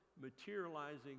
materializing